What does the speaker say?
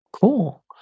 Cool